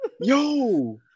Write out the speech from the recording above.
Yo